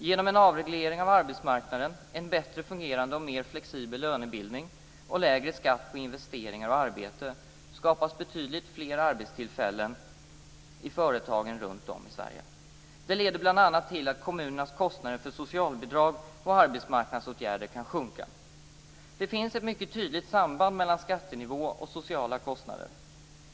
Genom en avreglering av arbetsmarknaden, en bättre fungerande och mer flexibel lönebildning och lägre skatt på investeringar och arbete skapas betydligt fler arbetstillfällen i företagen runt om i Sverige. Det leder bl.a. till att kommunernas kostnader för socialbidrag och arbetsmarknadsåtgärder kan sjunka. Det finns ett mycket tydligt samband mellan skattenivå och sociala kostnader.